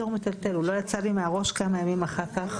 הוא לא יצא לי מהראש כמה ימים אחר כך.